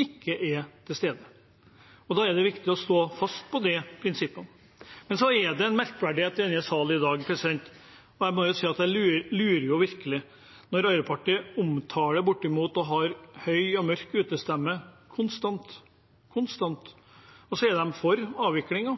ikke er til stede. Da er det viktig å stå fast ved det prinsippet. Men det er en merkverdighet i salen i dag. Jeg må si jeg virkelig lurer når Arbeiderpartiet, høy og mørk og med konstant utestemme, er for avviklingen.